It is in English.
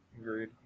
Agreed